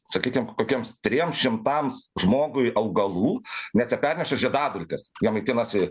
sakykim kokiems triems šimtams žmogui augalų nes jie perneša žiedadulkes jie maitinasi